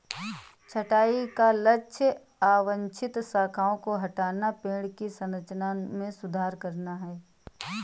छंटाई का लक्ष्य अवांछित शाखाओं को हटाना, पेड़ की संरचना में सुधार करना है